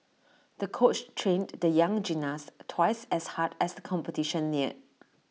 the coach trained the young gymnast twice as hard as the competition neared